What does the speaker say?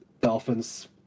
dolphins